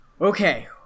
okay